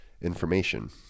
information